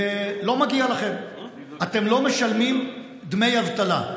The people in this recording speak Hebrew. לא מגיע לכם, אתם לא משלמים דמי אבטלה.